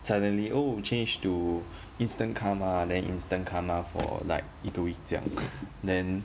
suddenly oh change to instant karma then instant karma for like 一个 week 这样 then